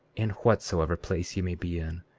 in whatsoever place ye may be in,